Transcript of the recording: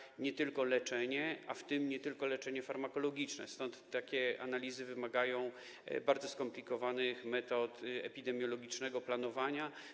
Chodzi tu nie tylko o leczenie, w tym nie tylko o leczenie farmakologiczne, stąd takie analizy wymagają bardzo skomplikowanych metod epidemiologicznego planowania.